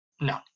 no